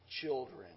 children